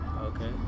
Okay